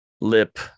Lip